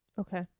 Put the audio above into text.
Okay